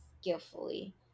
skillfully